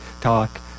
talk